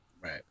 Right